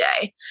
day